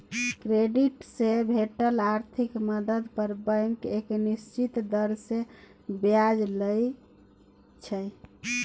credit से भेटल आर्थिक मदद पर बैंक एक निश्चित दर से ब्याज लइ छइ